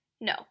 no